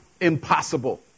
impossible